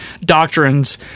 doctrines